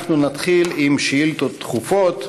אנחנו נתחיל עם שאילתות דחופות,